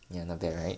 ya not bad right